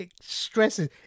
stresses